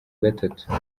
gatatu